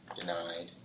Denied